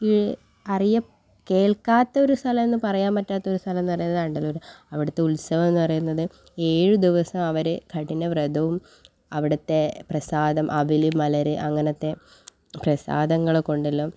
ഈ കേൾക്കാത്തൊരു സ്ഥലമെന്നു പറയാൻ പറ്റാത്തൊരു സ്ഥലമെന്നു പറയുന്നത് ആണ്ടല്ലൂരാണ് അവിടുത്തെ ഉത്സവമെന്നു പറയുന്നത് ഏഴു ദിവസവും അവർ കഠിനവ്രതവും അവിടുത്തെ പ്രസാദം അവിൽ മലർ അങ്ങനത്തെ പ്രസാദങ്ങൾ കൊണ്ടെല്ലാം